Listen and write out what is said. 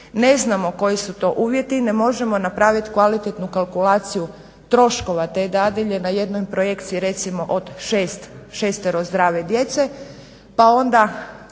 ne znamo koji su to uvjeti, ne možemo napraviti kvalitetnu kalkulaciju troškova te dadilje na jednoj projekciji recimo od 6 zdrave djece pa onda